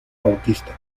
bautista